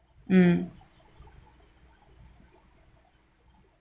mm